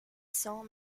cents